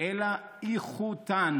אלא איכותן.